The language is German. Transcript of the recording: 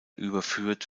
überführt